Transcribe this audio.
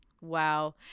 Wow